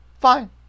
Fine